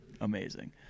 amazing